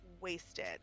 wasted